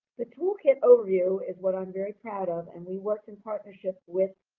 the toolkit overview is what i'm very proud of. and we worked in partnership with